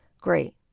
great